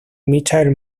michael